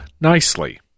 nicely